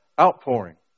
outpouring